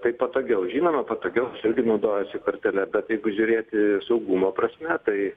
taip patogiau žinoma patogiau aš irgi naudojuosi kortele bet jeigu žiūrėti saugumo prasme tai